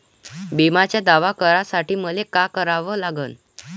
बिम्याचा दावा करा साठी मले का करा लागन?